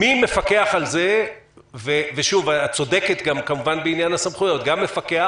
מי מפקח על זה ושוב את צודקת גם בעניין הסמכויות מי מפקח